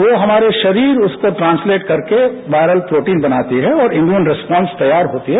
वो हमारे शरीर उसको ट्रांसलेट करके वायरल प्रोटीन बनाती है और इन्युअल रैस्पॉन्स तैयार होती है